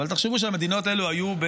אבל תחשבו שהמדינות האלה היו,